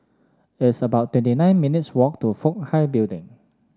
it's about twenty nine minutes' walk to Fook Hai Building